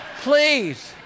Please